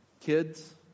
kids